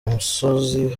umusozi